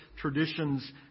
traditions